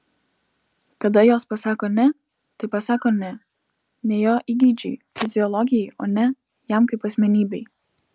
kada jos pasako ne tai pasako ne ne jo įgeidžiui fiziologijai o ne jam kaip asmenybei